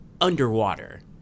underwater